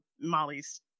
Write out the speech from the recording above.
Molly's